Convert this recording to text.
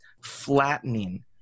flattening